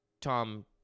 Tom